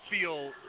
feel